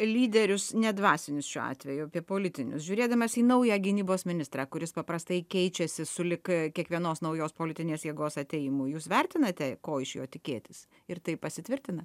lyderius nedvasinius šiuo atveju apie politinius žiūrėdamas į naują gynybos ministrą kuris paprastai keičiasi sulig kiekvienos naujos politinės jėgos atėjimu jūs vertinate ko iš jo tikėtis ir tai pasitvirtina